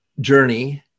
journey